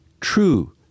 true